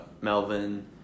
Melvin